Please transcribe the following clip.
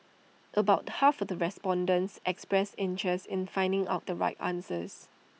about half of the respondents expressed interest in finding out the right answers